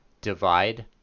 divide